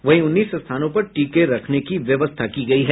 वहीं उन्नीस स्थानों पर टीके रखने की व्यवस्था की गयी है